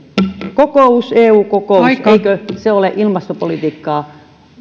eu kokous eikö se ole ilmastopolitiikkaa